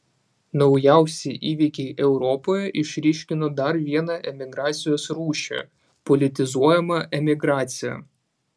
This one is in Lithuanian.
naujausi įvykiai europoje išryškino dar vieną emigracijos rūšį politizuojamą emigraciją